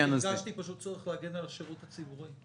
פשוט הרגשתי צורך להגן על השירות הציבורי.